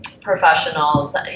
professionals